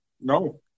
No